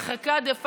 הרחקה דה פקטו.